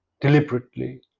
deliberately